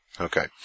Okay